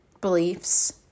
beliefs